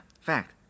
fact